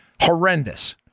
horrendous